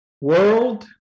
world